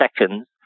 seconds